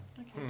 Okay